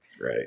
Right